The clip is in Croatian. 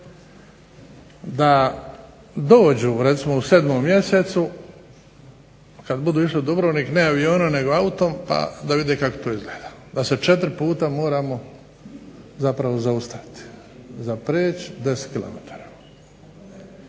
da dođu recimo u 7. mjesecu kada budu išli u Dubrovnik, ne avionom, nego autom da vide kako to izgleda, da se 4 puta moramo zapravo zaustaviti za prijeć 10km.